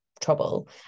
trouble